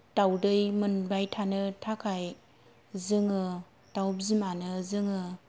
दाउदै मोनबाय थानो थाखाय जोङो दाउ बिमानो जोङो